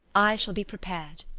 i shall be prepared.